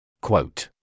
Quote